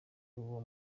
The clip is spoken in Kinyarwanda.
uwo